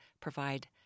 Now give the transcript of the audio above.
provide